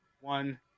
One